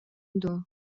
дуо